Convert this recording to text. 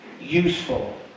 Useful